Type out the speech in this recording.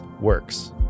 works